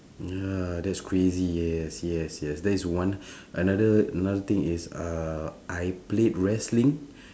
ya that's crazy yes yes yes that is one another another thing is uh I played wrestling